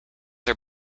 are